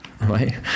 Right